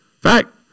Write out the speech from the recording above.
fact